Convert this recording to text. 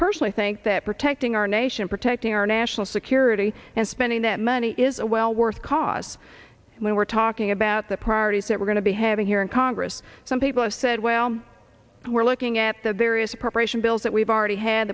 personally think that protecting our nation protecting our national security and spending that money is a well worth cause and we were talking about the priorities that we're going to be having here in congress some people have said well we're looking at the various preparation bills that we've already had